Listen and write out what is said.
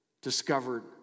discovered